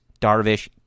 Darvish